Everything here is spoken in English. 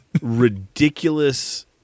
ridiculous